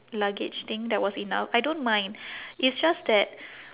luggage thing that was enough I don't mind it's just that